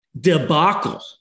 debacle